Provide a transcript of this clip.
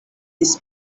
this